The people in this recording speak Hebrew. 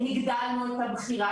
הגדלנו את הבחירה,